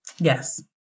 Yes